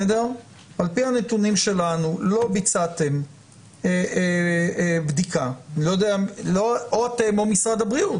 על פי הנתונים שלנו לא ביצעתם בדיקה אתם או משרד הבריאות.